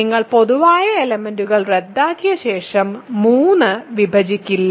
നിങ്ങൾ പൊതുവായ എലെമെന്റ്സ്കൾ റദ്ദാക്കിയതിനുശേഷം 3 വിഭജിക്കില്ല